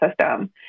system